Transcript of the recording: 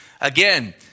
again